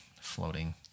floating